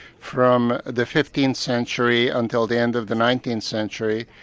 from the fifteenth century until the end of the nineteenth century,